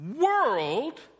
world